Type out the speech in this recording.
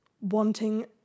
wanting